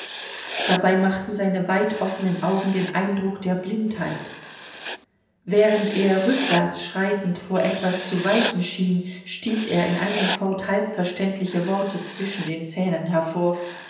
dabei machten seine weit offenen augen den eindruck der blindheit während er rückwärts schreitend vor etwas zu weichen schien stieß er in einem fort halbverständliche worte zwischen den zähnen hervor